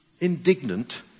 Indignant